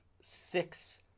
six